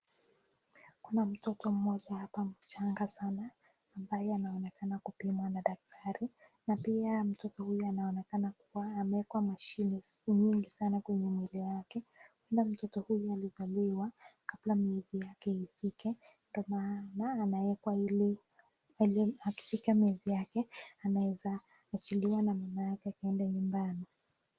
Kuna mtoto mmoja hapa mchanga sana ambaye anaonekana kupimwa na daktari na pia mtoto huyu anaonekana kuwa amewekwa mashini mingi sana kwenye mwili wake labda mtoto huyu alizaliwa kabla miezi yake ifike ndio maana anawekewa ili akifika miezi yake anaweza achiliwa na mama yake waende nyumbani.